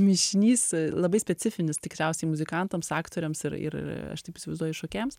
mišinys labai specifinis tikriausiai muzikantams aktoriams ir ir aš taip įsivaizduoju šokėjams